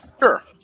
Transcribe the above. Sure